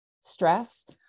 stress